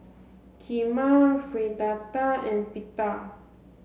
Kheema Fritada and Pita